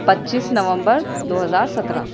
پچیس نومبر دو ہزار سترہ